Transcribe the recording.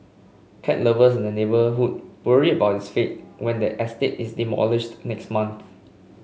cat lovers in the neighbourhood worry about its fate when the estate is demolished next month